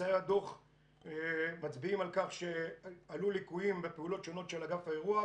ממצאי הדוח מצביעים על כך שעלו ליקויים בפעולות שונות של אגף האירוח.